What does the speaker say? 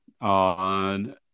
on